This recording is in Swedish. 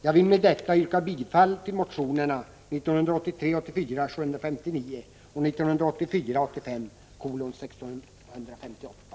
Jag vill med detta yrka bifall till motionerna 1983 85:1658.